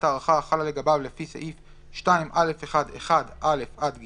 ההארכה החלה לגביו לפי סעיף 2(א1)(1)(א) עד (ג)